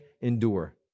Endure